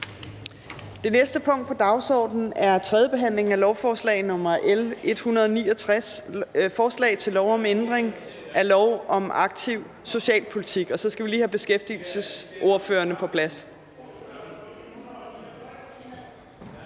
Det næste punkt på dagsordenen er: 2) 3. behandling af lovforslag nr. L 169: Forslag til lov om ændring af lov om aktiv socialpolitik, lov om arbejdsløshedsforsikring m.v.